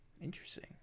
interesting